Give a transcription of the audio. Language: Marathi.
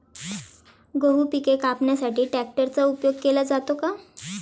गहू पिके कापण्यासाठी ट्रॅक्टरचा उपयोग केला जातो का?